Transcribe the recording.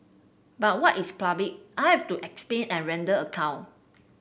but what is public I have to explain and render account